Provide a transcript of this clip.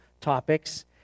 topics